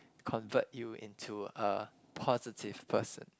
convert you into a positive person